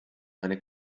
eine